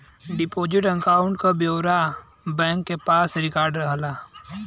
deposit account क पूरा ब्यौरा बैंक के पास रिकार्ड रहला